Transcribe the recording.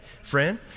friend